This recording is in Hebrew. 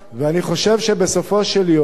ואני חושב, בסופו של יום,